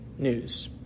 news